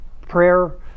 Prayer